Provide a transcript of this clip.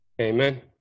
Amen